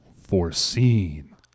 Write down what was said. Foreseen